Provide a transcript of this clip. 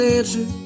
answer